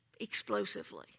explosively